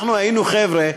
היינו חבר'ה,